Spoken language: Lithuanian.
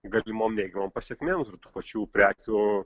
galimom neigiamom m pasekmėm tų pačių prekių